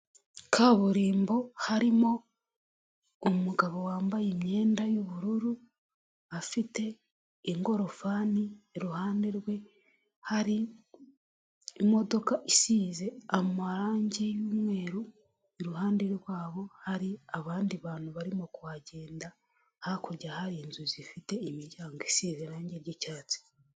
Kaburimbo harimo umugabo wambaye imyenda y'ubururu, afite ingorofani iruhande rwe hari imodoka isize amarangi y'umweru, iruhande rwabo hari abandi bantu barimo kuhagenda hakurya hari inzu zifite imiryango isezera irange ry'icyatsi.